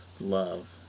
love